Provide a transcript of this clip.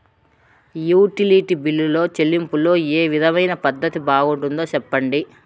Utility బిల్లులో చెల్లింపులో ఏ విధమైన పద్దతి బాగుంటుందో సెప్పండి?